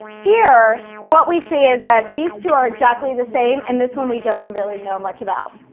here, what we see is that these two are exactly the same, and this one we don't really know much about.